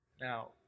Now